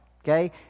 okay